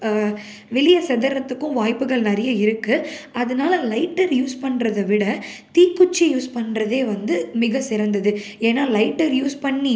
வெளியே செதறுறத்துக்கும் வாய்ப்புகள் நிறைய இருக்குது அதனால் லைட்டர் யூஸ் பண்ணுறத விட தீக்குச்சி யூஸ் பண்ணுறதே வந்து மிகச் சிறந்தது ஏன்னா லைட்டர் யூஸ் பண்ணி